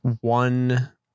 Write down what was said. one